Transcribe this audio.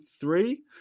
three